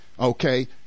okay